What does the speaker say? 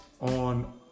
on